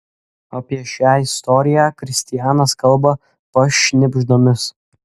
apie šią istoriją kristianas kalba pašnibždomis